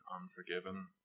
unforgiven